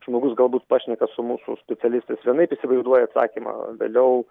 žmogus galbūt pašneka su mūsų specialistais vienaip įsivaizduoja atsakymą vėliau